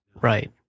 Right